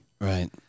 Right